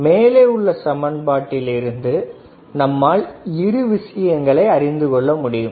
மேலே உள்ள சமன்பாட்டில் இருந்து நம்மால் இரு விஷயங்களை அறிந்துகொள்ள முடியும்